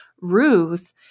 Ruth